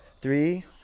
three